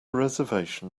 reservation